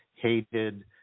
hated